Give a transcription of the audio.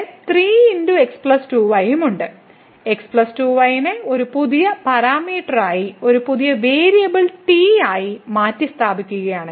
x 2y നെ ഒരു പുതിയ പാരാമീറ്ററായി ഒരു പുതിയ വേരിയബിൾ t ആയി മാറ്റിസ്ഥാപിക്കുകയാണെങ്കിൽ